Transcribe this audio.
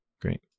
great